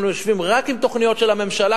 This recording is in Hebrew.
אנחנו יושבים רק עם התוכניות של הממשלה,